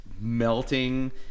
melting